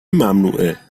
ممنوعه